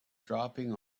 dropping